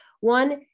One